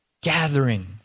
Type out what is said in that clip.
gathering